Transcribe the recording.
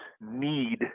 need